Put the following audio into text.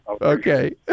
Okay